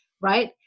right